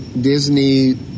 Disney